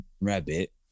rabbit